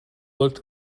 looked